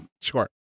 Sure